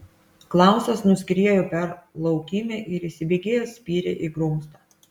klausas nuskriejo per laukymę ir įsibėgėjęs spyrė į grumstą